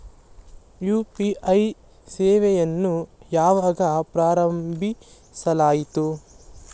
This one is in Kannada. ಯು.ಪಿ.ಐ ಸೇವೆಯನ್ನು ಯಾವಾಗ ಪ್ರಾರಂಭಿಸಲಾಯಿತು?